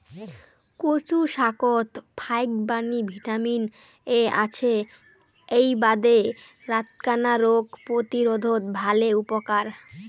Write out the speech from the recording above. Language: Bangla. কচু শাকত ফাইকবাণী ভিটামিন এ আছে এ্যাই বাদে রাতকানা রোগ প্রতিরোধত ভালে উপকার